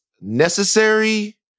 necessary